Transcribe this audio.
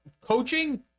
coaching